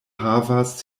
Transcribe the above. havas